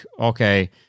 okay